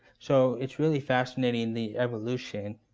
so it's really fascinating, the evolution